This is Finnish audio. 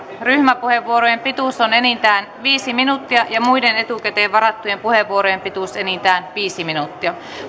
ryhmäpuheenvuorojen pituus on enintään viisi minuuttia ja muiden etukäteen varattujen puheenvuorojen pituus enintään viisi minuuttia